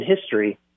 history